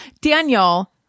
Daniel